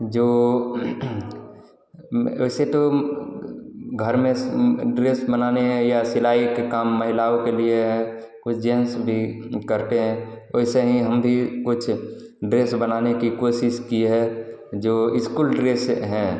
जो वैसे तो घर में ड्रेस बनाने या सिलाई के काम महिलाओं के लिए हैं कुछ जेन्स भी करते हैं वैसे ही हम भी कुछ ड्रेस बनाने की कोशिश की है जो इस्कुल ड्रेस हैं